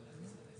למשל כדוגמה.